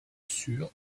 sur